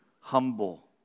humble